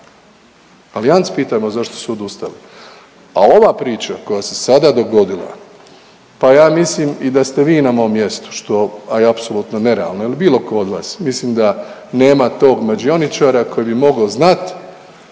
Allianz pitajmo zašto su odustali. A ova priča koja se sada dogodila, pa ja mislim da ste i vi na mom mjestu, što je apsolutno nerealno ili bilo ko od vas, mislim da nema tog mađioničara koji bi mogao znat